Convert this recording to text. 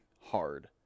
hard